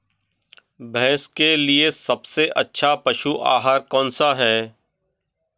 भैंस के लिए सबसे अच्छा पशु आहार कौनसा है?